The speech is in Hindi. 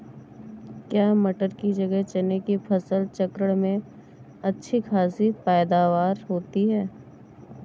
क्या मटर की जगह चने की फसल चक्रण में अच्छी खासी पैदावार होती है?